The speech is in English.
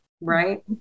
right